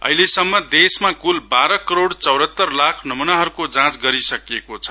अहिले सम्म देशमा कुल बाह्र करोड़ चौरहतर लाख नमूनाहरुको जाँच गरि सकिएको छ